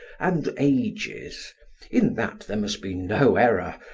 and ages in that there must be no error,